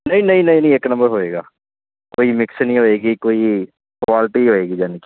ਨਹੀਂ ਨਹੀਂ ਨਹੀਂ ਇੱਕ ਨੰਬਰ ਹੋਵੇਗਾ ਕੋਈ ਮਿਕਸ ਨਹੀਂ ਹੋਵੇਗੀ ਕੋਈ ਕੁਆਲਿਟੀ ਹੋਵੇਗੀ ਯਾਨੀ ਕਿ